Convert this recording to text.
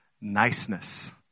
niceness